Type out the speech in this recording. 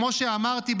כמו שאמרתי,